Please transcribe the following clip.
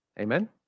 Amen